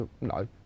No